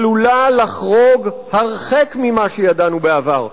עלולה לחרוג הרחק ממה שידענו בעבר.